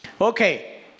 Okay